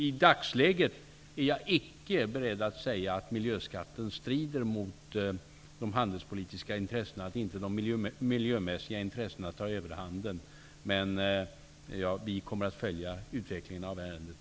I dagsläget är jag icke beredd att säga att miljöskatten strider mot de handelspolitiska intressena och att de miljömässiga intressena tar överhanden. Vi kommer dock att nära följa utvecklingen av ärendet.